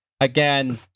Again